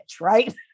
right